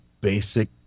basic